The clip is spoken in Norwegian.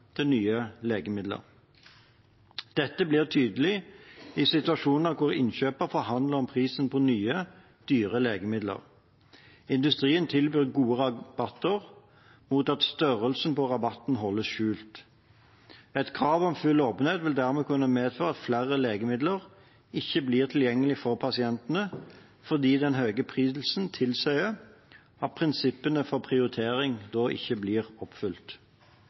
til nye legemidler. Dette blir tydelig i situasjoner hvor innkjøper forhandler om prisen på nye, dyre legemidler. Industrien tilbyr gode rabatter, mot at størrelsen på rabatten holdes skjult. Et krav om full åpenhet vil dermed kunne medføre at flere legemidler ikke blir tilgjengelige for pasientene, fordi den høye prisen tilsier at prinsippene for prioritering da ikke blir oppfylt.